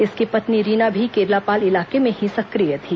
इसकी पत्नी रीना भी केरलापाल इलाके में ही सक्रिय थी